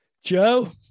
Joe